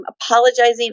apologizing